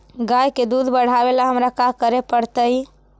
गाय के दुध बढ़ावेला हमरा का करे पड़तई?